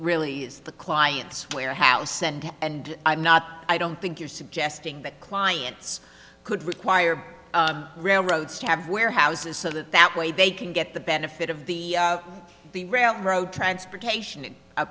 really is the client's warehouse and and i'm not i don't think you're suggesting that clients could require railroads to have warehouses that way they can get the benefit of the the railroad transportation